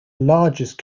largest